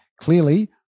clearly